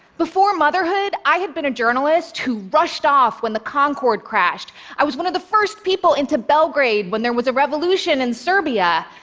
before motherhood, i had been a journalist who rushed off when the concorde crashed. i was one of the first people into belgrade when there was a revolution in serbia.